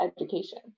education